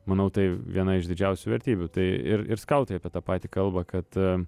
manau tai viena iš didžiausių vertybių tai ir ir skautai apie tą patį kalba kad